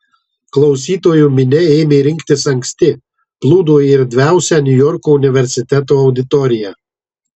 klausytojų minia ėmė rinktis anksti plūdo į erdviausią niujorko universiteto auditoriją